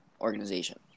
organization